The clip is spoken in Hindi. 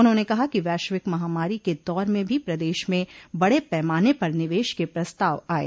उन्होंने कहा कि वैश्विक महामारी के दौर में भी प्रदेश में बड़े पैमाने पर निवेश के प्रस्ताव आये